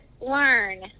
learn